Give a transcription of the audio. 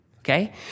Okay